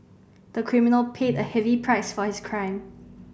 the criminal paid a heavy price for his crime